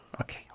Okay